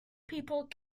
people